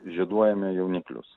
žieduojame jauniklius